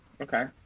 Okay